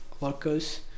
workers